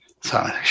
Sorry